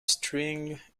string